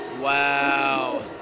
Wow